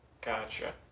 Gotcha